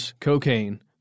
cocaine